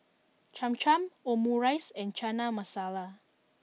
Cham Cham Omurice and Chana Masala